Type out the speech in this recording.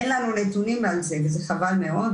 אין לנו נתונים על זה וחבל מאוד,